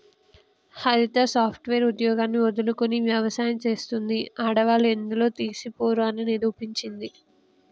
హరిత software ఉద్యోగాన్ని వదులుకొని వ్యవసాయం చెస్తాంది, ఆడవాళ్లు ఎందులో తీసిపోరు అని నిరూపించింది